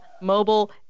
mobile